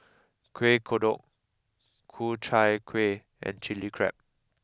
Kuih Kodok Ku Chai Kuih and Chili Crab